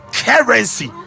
currency